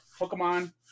Pokemon